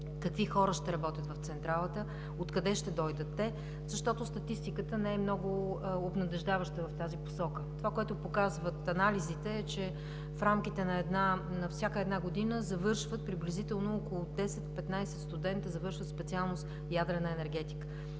какви хора ще работят в Централата, откъде ще дойдат те, защото статистиката не е много обнадеждаваща в тази посока? Това, което показват анализите, е, че в рамките на всяка една година завършват приблизително около 10 ¬– 15 студенти в специалност „Ядрена енергетика“.